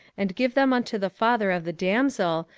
and give them unto the father of the damsel,